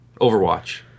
Overwatch